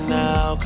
now